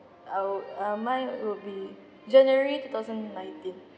I would err mine would be january two thousand nineteen